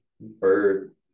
bird